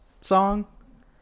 song